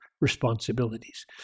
responsibilities